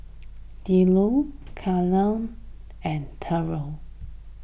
Hildur Kendell and Trever